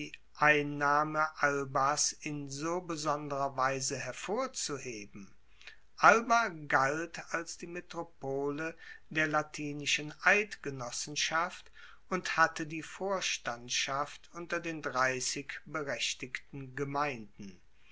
entnahme albas in so besonderer weise hervorzuheben alba galt als die metropole der latinischen eidgenossenschaft und hatte die vorstandschaft unter den dreissig berechtigten gemeinden